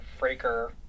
Fraker